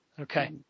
Okay